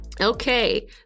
Okay